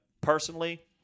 Personally